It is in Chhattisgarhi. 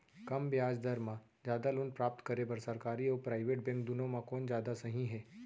कम ब्याज दर मा जादा लोन प्राप्त करे बर, सरकारी अऊ प्राइवेट बैंक दुनो मा कोन जादा सही हे?